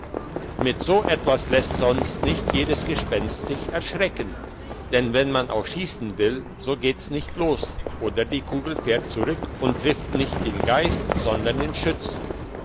mit so etwas lässt sonst nicht jedes gespenst sich schrecken denn wenn man auch schiessen will so geht's nicht los oder die kugel fährt zurück und trifft nicht den geist sondern den schütz